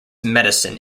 medicine